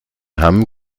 hamm